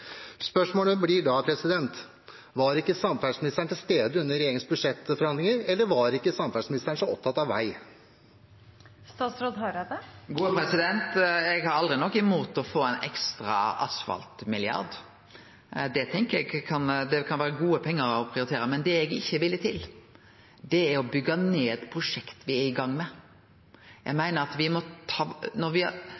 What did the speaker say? Spørsmålet blir da: Var ikke samferdselsministeren til stede under regjeringens budsjettforhandlinger, eller var ikke samferdselsministeren så opptatt av vei? Eg har aldri noko mot å få ein ekstra asfaltmilliard. Det tenkjer eg kan vere god prioritering av pengar. Det eg ikkje er villig til, er å byggje ned prosjekt me er i gang med. Eg